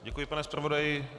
Děkuji, pane zpravodaji.